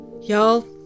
Y'all